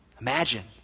Imagine